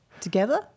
together